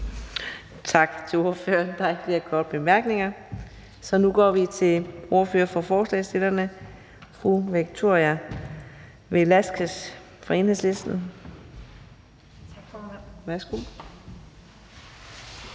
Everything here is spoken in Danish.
Tak til ordføreren. Der er ikke flere korte bemærkninger. Så nu går vi vil ordføreren for forslagsstillerne, fru Victoria Velasquez fra Enhedslisten. Værsgo.